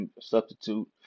substitute